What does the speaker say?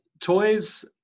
toys